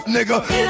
Nigga